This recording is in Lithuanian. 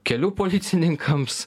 kelių policininkams